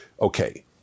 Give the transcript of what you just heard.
Okay